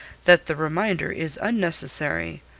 that the reminder is unnecessary.